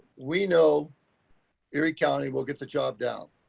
we know erie county will get the job down.